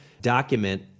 document